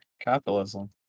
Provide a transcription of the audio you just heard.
capitalism